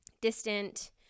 distant